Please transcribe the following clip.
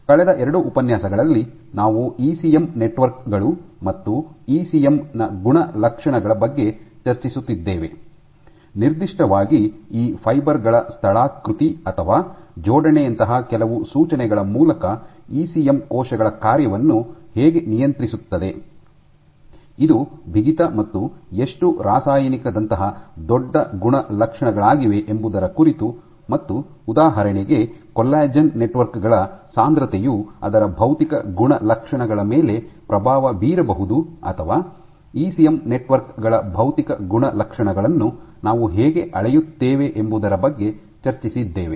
ಕಳೆದ ಎರಡು ಉಪನ್ಯಾಸಗಳಲ್ಲಿ ನಾವು ಇಸಿಎಂ ನೆಟ್ವರ್ಕ್ ಗಳು ಮತ್ತು ಇಸಿಎಂ ನ ಗುಣಲಕ್ಷಣಗಳ ಬಗ್ಗೆ ಚರ್ಚಿಸುತ್ತಿದ್ದೇವೆ ನಿರ್ದಿಷ್ಟವಾಗಿ ಈ ಫೈಬರ್ ಗಳ ಸ್ಥಳಾಕೃತಿ ಅಥವಾ ಜೋಡಣೆಯಂತಹ ಕೆಲವು ಸೂಚನೆಗಳ ಮೂಲಕ ಇಸಿಎಂ ಕೋಶಗಳ ಕಾರ್ಯವನ್ನು ಹೇಗೆ ನಿಯಂತ್ರಿಸುತ್ತದೆ ಇದು ಬಿಗಿತ ಮತ್ತು ಎಷ್ಟು ರಾಸಾಯನಿಕದಂತಹ ದೊಡ್ಡ ಗುಣಲಕ್ಷಣಗಳಾಗಿವೆ ಎಂಬುದರ ಕುರಿತು ಮತ್ತು ಉದಾಹರಣೆಗೆ ಕೊಲ್ಲಾಜೆನ್ ನೆಟ್ವರ್ಕ್ ಗಳ ಸಾಂದ್ರತೆಯು ಅದರ ಭೌತಿಕ ಗುಣಲಕ್ಷಣಗಳ ಮೇಲೆ ಪ್ರಭಾವ ಬೀರಬಹುದು ಅಥವಾ ಇಸಿಎಂ ನೆಟ್ವರ್ಕ್ ಗಳ ಭೌತಿಕ ಗುಣಲಕ್ಷಣಗಳನ್ನು ನಾವು ಹೇಗೆ ಅಳೆಯುತ್ತೇವೆ ಎಂಬುದರ ಬಗ್ಗೆ ಚರ್ಚಿಸಿದ್ದೇವೆ